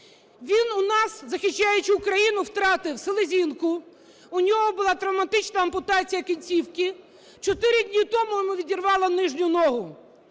Він у нас, захищаючи Україну, втратив селезінку, у нього була травматична ампутація кінцівки, чотири дні тому йому відірвало нижню… ногу.